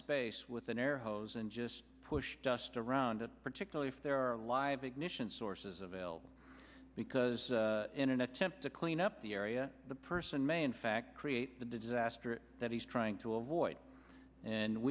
space with an air hose and just push dust around it particularly if there are live ignition sources available because in an attempt to clean up the area the person may in fact create the disaster that he's trying to avoid and